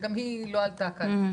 שגם היא לא עלתה כאן.